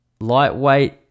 lightweight